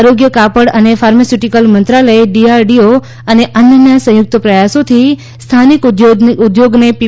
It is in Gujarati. આરોગ્ય કાપડ અને ફાર્માસ્યુટિકલ્સ મંત્રાલય ડીઆરડીઓ અને અન્યના સંયુક્ત પ્રયાસોથી સ્થાનિક ઉદ્યોગને પી